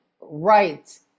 right